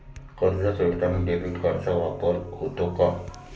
कर्ज फेडताना डेबिट कार्डचा वापर होतो का?